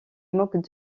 moquent